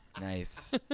Nice